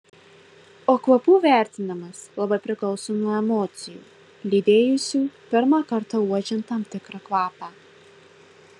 o kvapų vertinimas labai priklauso nuo emocijų lydėjusių pirmą kartą uodžiant tam tikrą kvapą